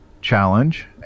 challenge